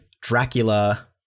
Dracula